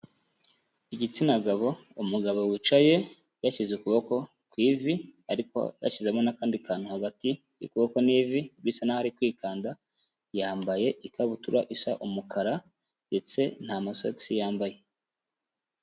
Igitsina gabo, umugabo wicaye yashyize ukuboko ku ivi, ariko yashyizemo n'akandi kantu hagati y'ukuboko n'ivi bisa naho ari kwikanda, yambaye ikabutura isa umukara ndetse nta masogisi yambaye.